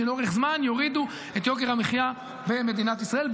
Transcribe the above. שלאורך זמן יורידו את יוקר המחיה במדינת ישראל,